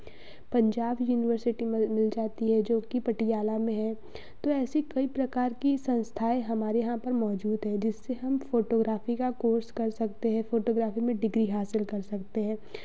Punjab university मल मिल जाती है जो कि पटियाला में है तो ऐसी कई प्रकार की संस्थाएँ हमारे यहाँ पर मौजूद हैं जिससे हम फोटोग्राफी का कोर्स कर सकते हैं फ़ोटोग्राफ़ी में डिग्री हासिल कर सकते हैं